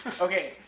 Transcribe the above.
Okay